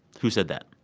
who said that?